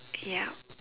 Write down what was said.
yup